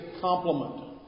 complement